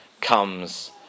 comes